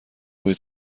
روی